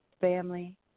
family